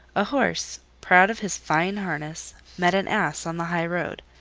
a horse, proud of his fine harness, met an ass on the high-road.